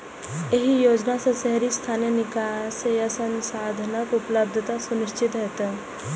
एहि योजना सं शहरी स्थानीय निकाय कें संसाधनक उपलब्धता सुनिश्चित हेतै